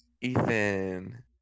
Ethan